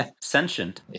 sentient